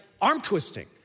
arm-twisting